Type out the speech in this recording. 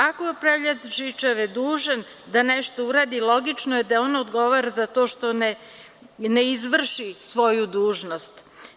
Ako je upravljač žičare dužan da nešto uradi, logično je da on odgovara za to što ne izvrši svoju dužnost.